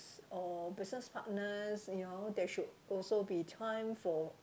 or business partners you know there should also be time for